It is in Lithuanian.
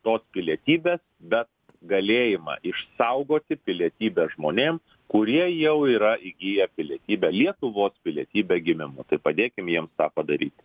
tos pilietybės bet galėjimą išsaugoti pilietybę žmonėms kurie jau yra įgiję pilietybę lietuvos pilietybę gimimu tai padėkim jiems tą padaryti